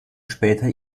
später